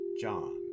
John